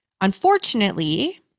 unfortunately